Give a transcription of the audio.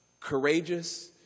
courageous